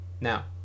Now